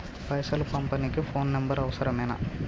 పైసలు పంపనీకి phone number అవసరమేనా?